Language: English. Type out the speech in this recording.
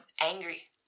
angry